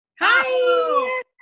Hi